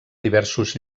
diversos